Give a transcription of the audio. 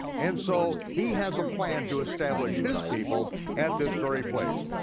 and so he has a plan to establish his people at this very place.